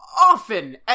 often